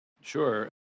Sure